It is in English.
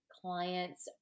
clients